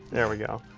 there we go.